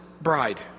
bride